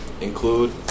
include